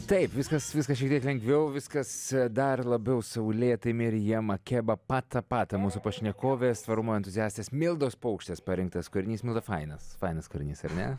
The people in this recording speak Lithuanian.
taip viskas viskas šiek tiek lengviau viskas dar labiau saulėtai mirijem makeba pata pata mūsų pašnekovės tvarumo entuziastės mildos paukštės parinktas kūrinys milda fainas fainas kūrinys ar ne